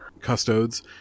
custodes